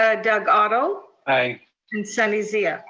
ah doug otto? aye. and sunny zia?